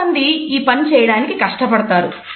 చాలామంది ఈ పని చేయడానికి కష్టపడతారు